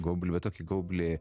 gaublį va tokį gaublį